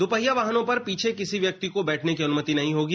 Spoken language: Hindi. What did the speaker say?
दुपहिया वाहनों पर पीछे किसी व्यक्ति को बैठने की अनुमति नहीं होगी